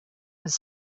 was